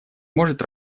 может